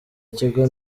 ikigo